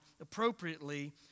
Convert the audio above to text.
appropriately